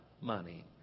money